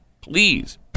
Please